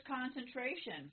concentration